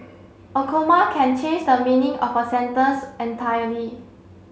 a comma can change the meaning of a sentence entirely